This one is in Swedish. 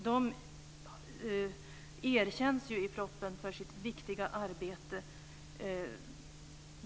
De erkänns i propositionen för sitt viktiga arbete.